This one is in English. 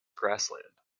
grassland